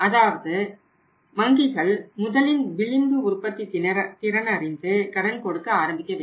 அதாவது வங்கிகள் முதலின் விளிம்பு உற்பத்தி திறனறிந்து கடன் கொடுக்க ஆரம்பிக்க வேண்டும்